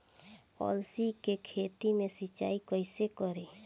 अलसी के खेती मे सिचाई कइसे करी?